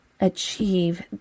achieve